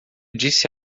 disse